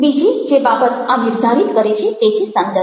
બીજી જે બાબત આ નિર્ધારિત કરે છે તે છે સંદર્ભ